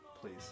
please